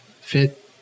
Fit